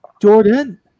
Jordan